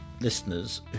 listeners